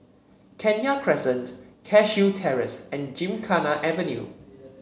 Kenya Crescent Cashew Terrace and Gymkhana Avenue